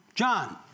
john